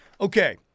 Okay